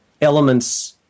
elements